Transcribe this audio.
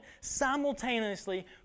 simultaneously